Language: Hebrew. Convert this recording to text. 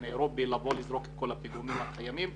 האירופי לבוא ולזרוק את כל הפיגומים הקיימים.